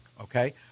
okay